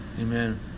Amen